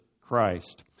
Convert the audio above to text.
Christ